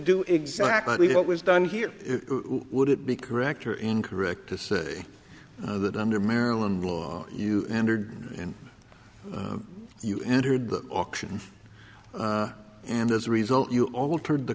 do exactly what was done here would it be correct or incorrect to say that under maryland law you entered and you entered the auction and as a result you altered the